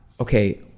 okay